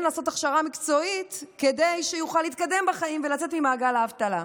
לעשות הכשרה מקצועית כדי שיוכל להתקדם בחיים ולצאת ממעגל האבטלה.